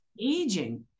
aging